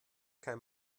kein